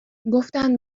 گفتن